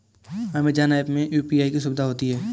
Amazon app में UPI की सुविधा होती है